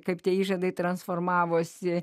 kaip tie įžadai transformavosi